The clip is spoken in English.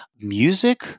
music